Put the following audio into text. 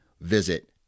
visit